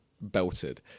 belted